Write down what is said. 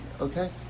Okay